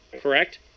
correct